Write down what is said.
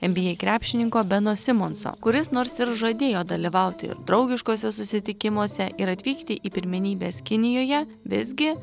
nba krepšininko beno simonso kuris nors ir žadėjo dalyvauti draugiškuose susitikimuose ir atvykti į pirmenybes kinijoje visgi